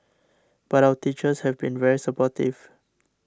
but our teachers have been very supportive